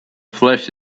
flesh